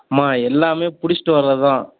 அம்மா எல்லாமே பிடிச்சிட்டு வரது தான்